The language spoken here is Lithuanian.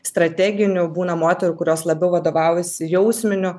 strateginiu būna moterų kurios labiau vadovaujasi jausminiu